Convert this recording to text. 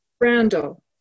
Randall